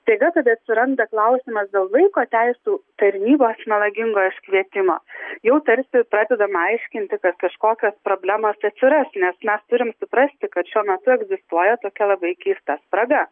staiga tada atsiranda klausimas dėl vaiko teisių tarnybos melagingo iškvietimo jau tarsi pradedama aiškinti kad kažkokios problemos atsiras nes mes turim suprasti kad šiuo metu egzistuoja tokia labai keista spraga